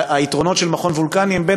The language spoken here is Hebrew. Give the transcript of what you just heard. היתרונות של מכון וולקני הם,